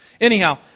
Anyhow